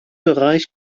bereich